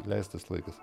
leistas laikas